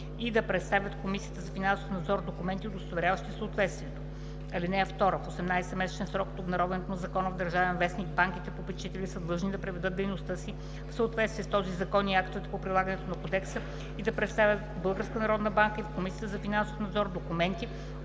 и да представят в Комисията за финансов надзор документи, удостоверяващи съответствието. (2) В 18-месечен срок от обнародването на закона в „Държавен вестник“ банките – попечители, са длъжни да приведат дейността си в съответствие с този закон и актовете по прилагането на кодекса и да представят в Българската народна